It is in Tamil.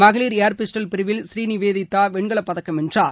மகளிர் ஏர் பிஸ்டல் பிரிவில் ஸ்ரீநிவேதா வெண்கலப் பதக்கம் வென்றார்